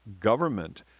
government